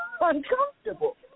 uncomfortable